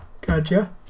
Gotcha